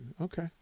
okay